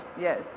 Yes